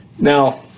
Now